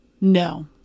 no